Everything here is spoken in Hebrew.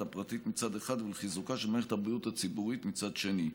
הפרטית מצד אחד ולחיזוקה של מערכת הבריאות הציבורית מצד שני,